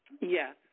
Yes